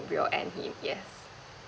rear end him yes